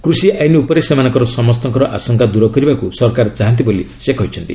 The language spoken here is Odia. କୃଷି ଆଇନ ଉପରେ ସେମାନଙ୍କର ସମସ୍ତ ଆଶଙ୍କା ଦୂର କରିବାକୁ ସରକାର ଚାହାନ୍ତି ବୋଲି ସେ କହିଛନ୍ତି